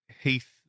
Heath